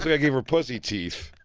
i gave her pussy teeth.